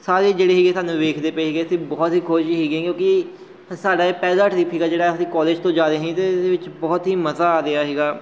ਸਾਰੇ ਜਿਹੜੇ ਸੀਗੇ ਸਾਨੂੰ ਵੇਖਦੇ ਪਏ ਸੀਗੇ ਅਸੀਂ ਬਹੁਤ ਹੀ ਖੁਸ਼ ਸੀਗੇ ਕਿਉਂਕਿ ਸਾਡਾ ਇਹ ਪਹਿਲਾ ਟਰਿੱਪ ਸੀਗਾ ਜਿਹੜਾ ਅਸੀਂ ਕੋਲਜ ਤੋਂ ਜਾ ਰਹੇ ਸੀ ਅਤੇ ਇਹਦੇ ਵਿੱਚ ਬਹੁਤ ਹੀ ਮਜ਼ਾ ਆ ਰਿਹਾ ਸੀਗਾ